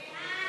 סעיף